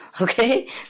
okay